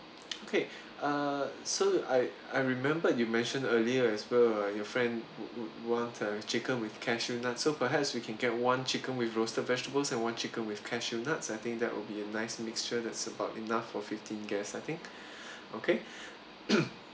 okay uh so I I remembered you mentioned earlier as well uh your friend would would want a chicken with cashew nut so perhaps we can get one chicken with roasted vegetables and one chicken with cashew nuts I think that will be a nice mixture that's about enough for fifteen guests I think okay